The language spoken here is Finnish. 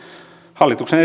hallituksen